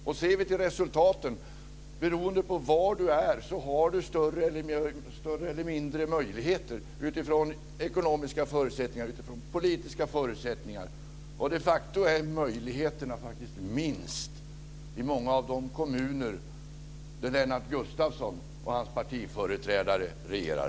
Låt oss se till resultaten: Beroende på var man befinner sig har man större eller mindre möjligheter med utgångspunkt i ekonomiska och politiska förutsättningar. De facto är möjligheterna minst i många av de kommuner där Lennart Gustavsson och hans partiföreträdare regerar.